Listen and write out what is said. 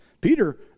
Peter